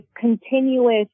continuous